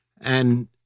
and-